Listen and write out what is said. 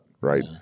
right